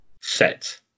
set